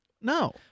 No